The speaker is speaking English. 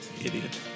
Idiot